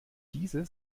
diese